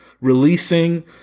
releasing